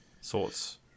sorts